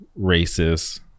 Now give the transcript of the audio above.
racists